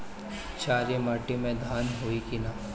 क्षारिय माटी में धान होई की न?